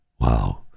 wow